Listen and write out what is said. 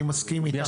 אני מסכים איתך.